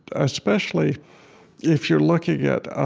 especially if you're looking at ah